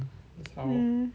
mm